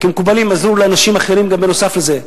כמקובלים הם עזרו לאנשים אחרים בנוסף לזה.